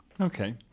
Okay